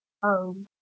um)